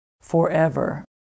forever